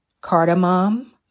cardamom